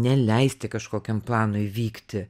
neleisti kažkokiam planui vykti